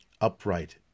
Upright